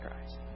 Christ